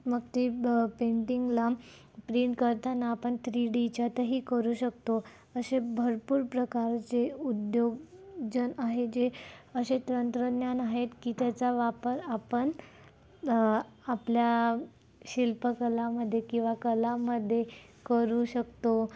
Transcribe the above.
मग ती ब पेंटिंगला प्रिंट करताना आपण थ्री डीच्यातही करू शकतो असे भरपूर प्रकारचे उद्योगजन आहे जे असे तंत्रज्ञान आहेत की त्याचा वापर आपण आपल्या शिल्पकलामध्ये किंवा कलामध्ये करू शकतो